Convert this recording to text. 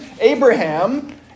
Abraham